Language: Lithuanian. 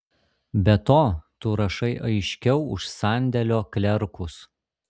be to tu rašai aiškiau už sandėlio klerkus